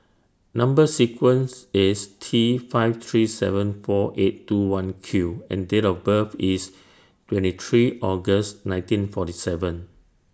Number sequence IS T five three seven four eight two one Q and Date of birth IS twenty three August nineteen forty seven